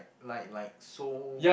like like so